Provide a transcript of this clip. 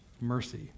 Mercy